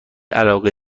علاقه